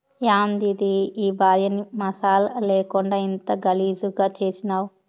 యాందిది ఈ భార్యని మసాలా లేకుండా ఇంత గలీజుగా చేసినావ్